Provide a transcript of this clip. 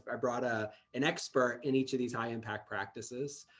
i brought a an expert in each of these high impact practices.